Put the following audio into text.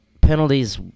Penalties